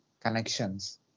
connections